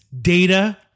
data